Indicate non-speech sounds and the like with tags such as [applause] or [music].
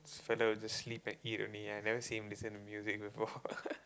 this fellow will just sleep and eat only I never see him listen to music before [laughs]